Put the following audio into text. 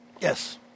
Yes